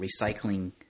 recycling